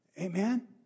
Amen